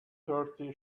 thirty